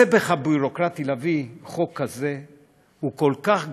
הסבך הביורוקרטי להביא חוק כזה הוא כל כך גדול,